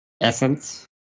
essence